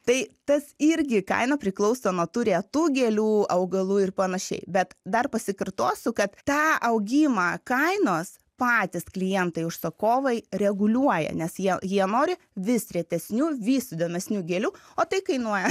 tai tas irgi kaina priklauso nuo tų retų gėlių augalų ir panašiai bet dar pasikartosiu kad tą augimą kainos patys klientai užsakovai reguliuoja nes jie jie nori vis retesnių vis įdomesnių gėlių o tai kainuoja